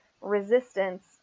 resistance